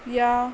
या